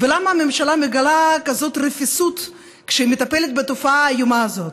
ולמה הממשלה מגלה כזאת רפיסות כשהיא מטפלת בתופעה האיומה הזאת?